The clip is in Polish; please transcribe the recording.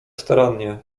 starannie